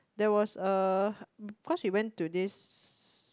there was a cause we went to this